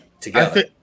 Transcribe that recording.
together